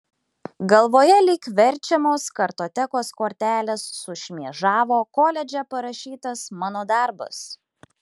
galvoje lyg verčiamos kartotekos kortelės sušmėžavo koledže parašytas mano darbas